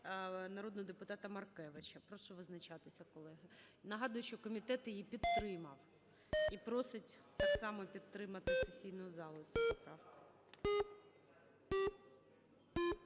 народного депутата Маркевича. Прошу визначатися, колеги. Нагадую, що комітет її підтримав і просить так само підтримати сесійну залу цю поправку.